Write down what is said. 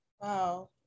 Wow